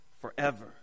forever